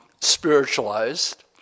spiritualized